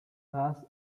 last